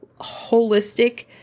holistic